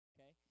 Okay